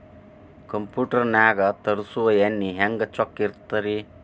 Computer ನಾಗ ತರುಸುವ ಎಣ್ಣಿ ಹೆಂಗ್ ಚೊಕ್ಕ ಇರತ್ತ ರಿ?